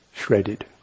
Shredded